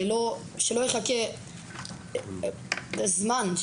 ולא יחכה זמן,